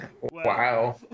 Wow